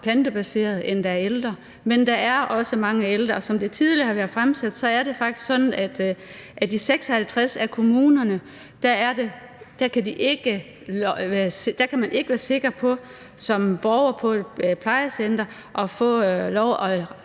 plantebaseret, end der er ældre, der gør det – men der er også mange ældre. Som det tidligere har været fremme, er det faktisk sådan, at i 56 af kommunerne kan man ikke være sikker på som borger i et plejecenter at få lov